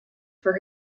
for